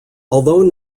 although